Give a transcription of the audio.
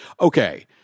Okay